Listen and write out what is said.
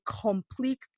complete